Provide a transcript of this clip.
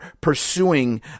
pursuing